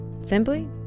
simply